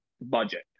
budget